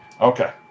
Okay